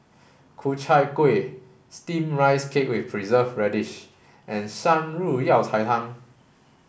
Ku Chai Kuih steamed rice cake with preserved radish and Shan Rui Yao Cai Tang